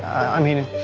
i mean,